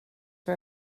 for